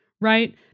Right